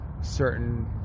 certain